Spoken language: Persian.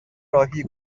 راهی